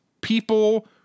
people